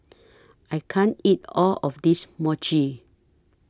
I can't eat All of This Mochi